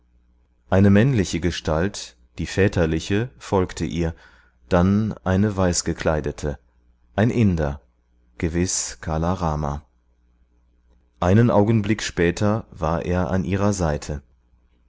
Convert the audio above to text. eine männliche gestalt die väterliche folgte ihr dann eine weißgekleidete ein inder gewiß kala rama einen augenblick später war er an ihrer seite